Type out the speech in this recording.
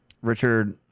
Richard